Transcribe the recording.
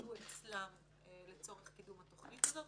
שיועדו אצלם לצורך קידום התוכנית הזאת.